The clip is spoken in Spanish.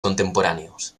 contemporáneos